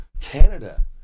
Canada